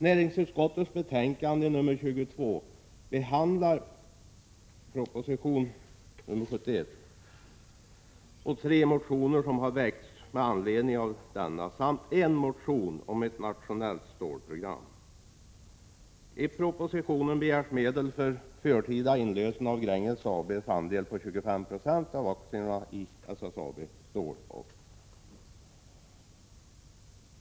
Näringsutskottets betänkande nr 22 behandlar proposition nr 71 och tre motioner som har väckts med anledning av propositionen samt en motion om ett nationellt stålprogram. I propositionen begärs medel för förtida inlösen av Gränges AB:s andel på 25 96 av aktierna i SSAB Svenskt Stål AB.